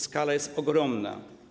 Skala jest ogromna.